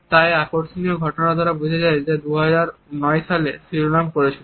তা এই আকর্ষণীয় ঘটনা দ্বারা বোঝা যায় যা 2009 সালে শিরোনাম করেছিল